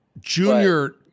Junior